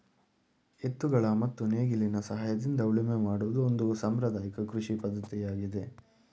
ಎತ್ತುಗಳ ಮತ್ತು ನೇಗಿಲಿನ ಸಹಾಯದಿಂದ ಉಳುಮೆ ಮಾಡುವುದು ಒಂದು ಸಾಂಪ್ರದಾಯಕ ಕೃಷಿ ಪದ್ಧತಿಯಾಗಿದೆ